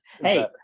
hey